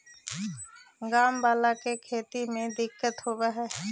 गाँव वालन के खेती में दिक्कत होवऽ हई